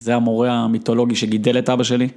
זה המורה המיתולוגי שגידל את אבא שלי.